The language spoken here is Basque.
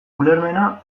ulermena